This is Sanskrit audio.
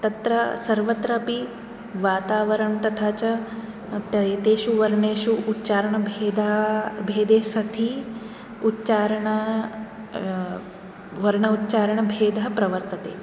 तत्र सर्वत्रपि वातावरणम् तथा च अत् एतेषु वर्णेषु उच्चारणभेदा भेदे सति उच्चारण वर्णोच्चारणभेदः प्रवर्तते